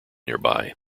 nearby